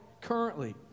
currently